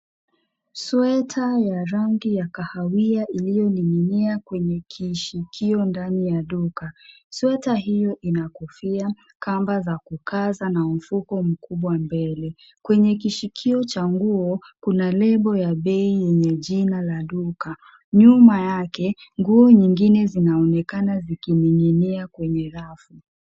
Sweta ya rangi ya kahawia iliyoning'inia kwenye kishikio ndani ya duka. Sweta hiyo ina kofia, kamba za kukaza na mfuko mkubwa mbele. Kwenye kishikio cha nguo kuna lebo ya bei yenye jina la duka. Nyuma yake nguo nyingine zinaonekana zikining'inia kwenye rafu.